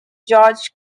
george